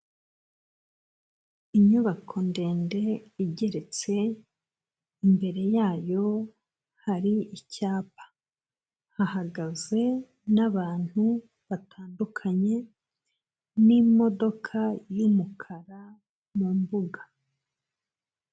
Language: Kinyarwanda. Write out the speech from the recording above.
Inyubako ndende igeretse, imbere yayo hari icyapa, hahagaze n'abantu batandukanye, n'imodoka y'umukara mu mbuga.